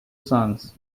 sons